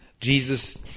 Jesus